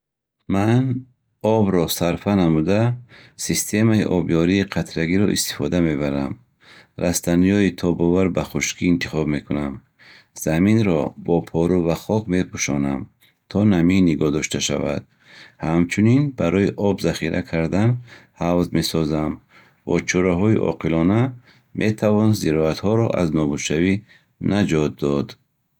Ман обро сарфа намуда, системаи обёрии қатрагиро истифода мебарам. Растаниҳои тобовар ба хушкӣ интихоб мекунам. Заминро бо пору ва хас мепӯшонам, то намӣ нигоҳ дошта шавад. Ҳамчунин, барои об захира кардан ҳавз месозам. Бо чораҳои оқилона метавон зироатҳоро аз нобудшавӣ наҷот дод.